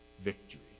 victory